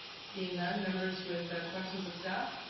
seeing none, members with questions of staff,